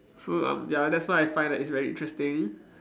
so um ya that's why I find that it's very interesting